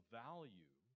value